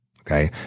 Okay